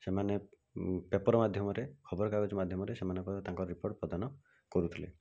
ସେମାନେ ପେପର୍ ମାଧ୍ୟମରେ ଖବରକାଗଜ ମାଧ୍ୟମରେ ସେମାନଙ୍କର ତାଙ୍କ ରିପୋର୍ଟ୍ ପ୍ରଦାନ କରୁଥିଲେ